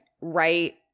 right